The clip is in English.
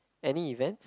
any events